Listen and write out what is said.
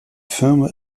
firma